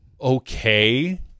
okay